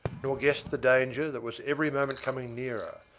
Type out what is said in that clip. nor guessed the danger that was every moment coming nearer,